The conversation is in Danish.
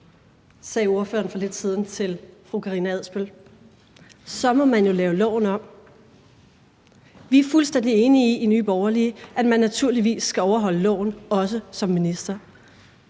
sagde ordføreren for lidt siden til fru Karina Adsbøl – så må man jo lave loven om. Vi er i Nye Borgerlige fuldstændig enige i, at man naturligvis skal overholde loven, også som minister,